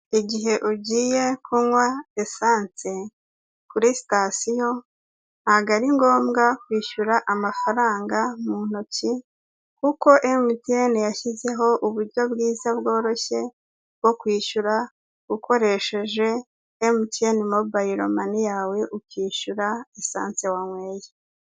Igihe ugiye kunywa esanse kuri sitasiyo, ntabwogo ari ngombwa kwishyura amafaranga mu ntoki, kuko mtn yashyizeho uburyo bwiza bworoshye bwo kwishyura ukoresheje Emutiyeni mobayiro mani yawe ukishyura esanse wanyweye.